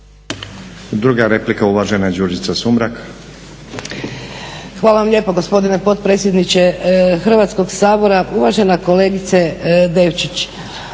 Sumrak. **Sumrak, Đurđica (HDZ)** Hvala vam lijepa gospodine potpredsjedniče Hrvatskog sabora. Uvažena kolegice Devčić,